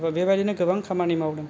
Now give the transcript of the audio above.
बेबादिनो गोबां खामानि मावदों